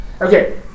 Okay